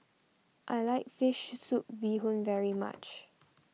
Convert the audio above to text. I like Fish Soup Bee Hoon very much